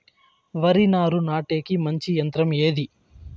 వరి నారు నాటేకి మంచి యంత్రం ఏది?